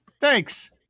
thanks